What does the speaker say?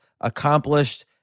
accomplished